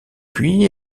puis